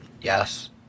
Yes